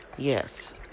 Yes